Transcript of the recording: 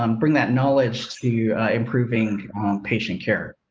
um bring that knowledge to improving patient care.